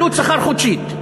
עלות השכר החודשית?